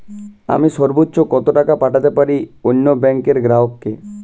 আমি সর্বোচ্চ কতো টাকা পাঠাতে পারি অন্য ব্যাংক র গ্রাহক কে?